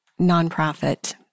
nonprofit